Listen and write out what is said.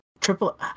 triple